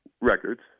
Records